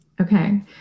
Okay